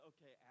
Okay